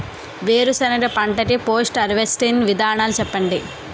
వేరుసెనగ పంట కి పోస్ట్ హార్వెస్టింగ్ విధానాలు చెప్పండీ?